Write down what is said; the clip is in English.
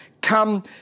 come